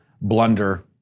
blunder